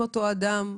כן.